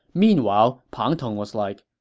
meanwhile, pang tong was like,